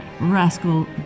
Rascal